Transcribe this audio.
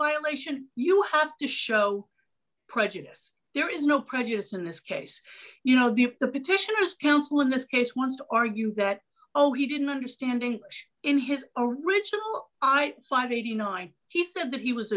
violation you have to show prejudice there is no prejudice in this case you know the the petitioners counsel in this case wants to argue that oh he didn't understand english in his original i five hundred and eighty nine he said that he was